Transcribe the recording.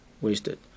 wasted